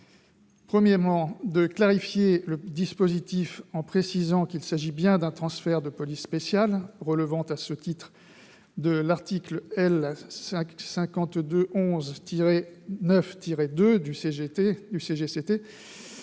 premièrement, de clarifier le dispositif en précisant qu'il s'agit bien d'un transfert des pouvoirs de police spéciale relevant à ce titre de l'article L. 5211-9-2 du code